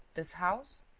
this house?